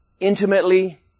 Intimately